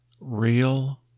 real